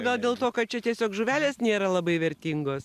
gal dėl to kad čia tiesiog žuvelės nėra labai vertingos